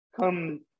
come